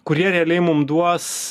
kurie realiai mum duos